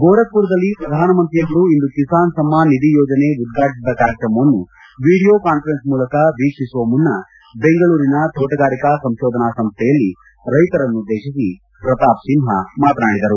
ಗೋರಖ್ಮರದಲ್ಲಿ ಪ್ರಧಾನಮಂತ್ರಿಯವರು ಇಂದು ಕಿಸಾನ್ ಸಮ್ಮಾನ್ ನಿಧಿ ಯೋಜನೆ ಉದ್ಘಾಟಿಸಿದ ಕಾರ್ಯಕ್ರಮವನ್ನು ವಿಡಿಯೋ ಕಾನ್ಫರೆನ್ಸ್ ಮೂಲಕ ವೀಕ್ಷಿಸುವ ಮುನ್ನ ಬೆಂಗಳೂರಿನ ತೋಟಗಾರಿಕಾ ಸಂಶೋಧನಾ ಸಂಸ್ಥೆಯಲ್ಲಿ ರೈತರನ್ನು ಉದ್ದೇಶಿಸಿ ಪ್ರತಾಪ್ಸಿಂಪ ಮಾತನಾಡಿದರು